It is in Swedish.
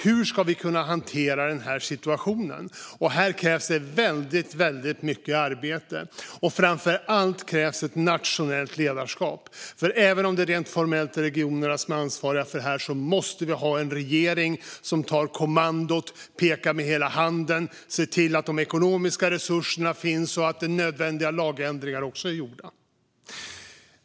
Hur ska vi kunna hantera situationen? Det krävs väldigt mycket arbete. Det krävs framför allt ett nationellt ledarskap. Även om det rent formellt är regionerna som är ansvariga måste vi ha en regering som tar kommandot, pekar med hela handen och ser till att de ekonomiska resurserna finns och att nödvändiga lagändringar är gjorda.